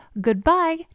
goodbye